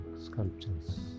sculptures